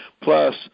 Plus